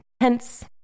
Hence